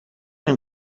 این